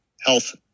health